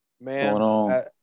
Man